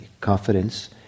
confidence